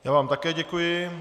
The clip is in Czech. Já vám také děkuji.